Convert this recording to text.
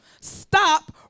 stop